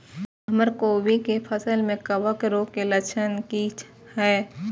हमर कोबी के फसल में कवक रोग के लक्षण की हय?